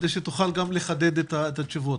כדי שתוכל גם לחדד את התשובות.